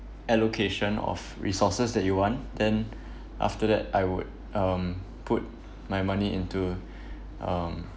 allocation of resources that you want then after that I would um put my money into um